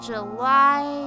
July